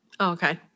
Okay